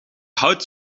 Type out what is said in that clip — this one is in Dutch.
hout